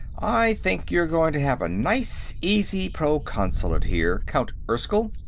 i think you're going to have a nice easy proconsulate here, count erskyll.